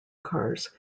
cars